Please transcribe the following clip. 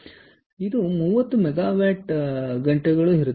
ಆದ್ದರಿಂದ ಇದು 30 ಮೆಗಾವ್ಯಾಟ್ ಗಂಟೆಯೂ ಇರುತ್ತದೆ